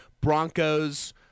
Broncos